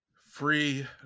Free